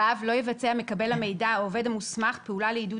(2)לא יעיין עובד מוסמך במידע